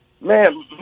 Man